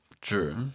True